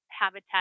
habitat